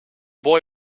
boy